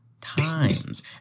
times